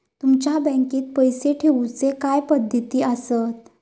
तुमच्या बँकेत पैसे ठेऊचे काय पद्धती आसत?